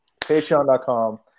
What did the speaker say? Patreon.com